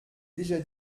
déjà